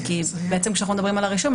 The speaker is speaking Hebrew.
כשאנחנו מדברים על הרישום,